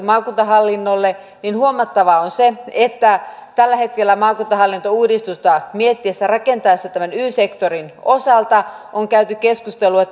maakuntahallinnolle huomattavaa on se että tällä hetkellä maakuntahallintouudistusta mietittäessä ja rakennettaessa tämän y sektorin osalta on käyty keskustelua